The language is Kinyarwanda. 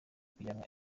kujyanwa